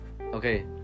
Okay